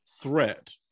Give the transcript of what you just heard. threat